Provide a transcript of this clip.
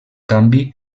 canvi